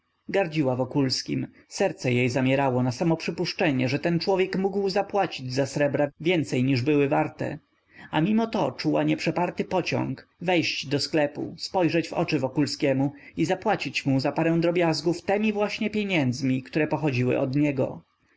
gardziła wokulskim serce jej zamierało na samo przypuszczenie że ten człowiek mógł zapłacić za srebra więcej niż były warte a mimo to czuła nieprzeparty pociąg wejść do sklepu spojrzeć w oczy wokulskiemu i zapłacić mu za parę drobiazgów temi właśnie pieniędzmi które pochodziły od niego